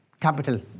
Capital